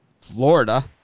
Florida